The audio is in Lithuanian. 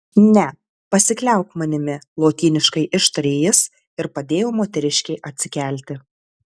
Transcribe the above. ne pasikliauk manimi lotyniškai ištarė jis ir padėjo moteriškei atsikelti